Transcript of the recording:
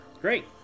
Great